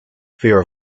fear